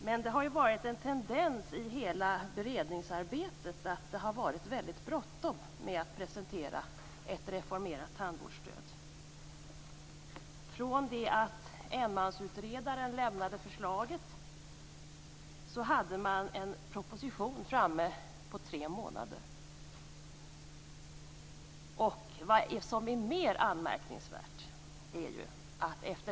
Men det har varit en tendens i hela beredningsarbetet att det har varit väldigt bråttom med att presentera ett reformerat tandvårdsstöd. Från det att enmansutredaren lämnade sitt förslag hade man en proposition framme på tre månader.